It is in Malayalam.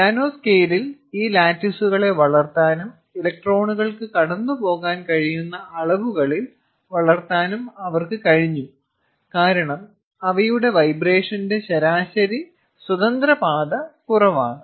നാനോ സ്കെയിലിൽ ഈ ലാറ്റിസുകളെ വളർത്താനും ഇലക്ട്രോണുകൾക്ക് കടന്നുപോകാൻ കഴിയുന്ന അളവുകളിൽ വളർത്താനും അവർക്ക് കഴിഞ്ഞു കാരണം അവയുടെ വൈബ്രേഷന്റെ ശരാശരി സ്വതന്ത്ര പാത കുറവാണ്